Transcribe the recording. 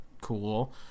cool